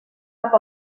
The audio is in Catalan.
cap